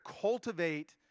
cultivate